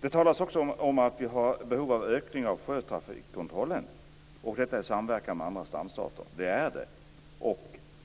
Det talas också om att vi har behov av ökning av sjötrafikkontrollen - detta i samverkan med andra strandstater. Så är det också.